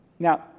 Now